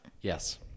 Yes